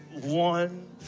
one